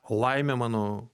laimė mano